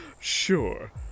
Sure